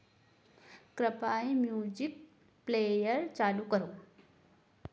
कृपया music player चालू करो